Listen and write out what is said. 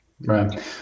right